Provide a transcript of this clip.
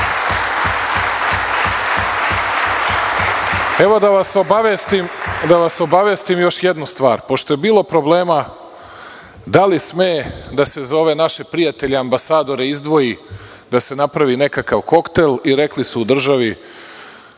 treba da imate u vidu. Još jedna stvar, pošto je bilo problema da li sme da se za ove naše prijatelje ambasadore izdvoji, da se napravi nekakav koktel, rekli su u državi,